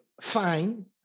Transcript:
Fine